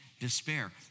despair